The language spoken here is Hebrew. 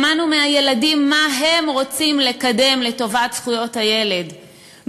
שמענו מהילדים מה הם רוצים לקדם לטובת זכויות הילד,